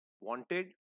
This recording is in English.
wanted